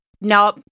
No